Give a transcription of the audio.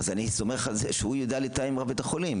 אז אני סומך על זה שהוא ידע לתאם עם רב בית החולים.